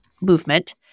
movement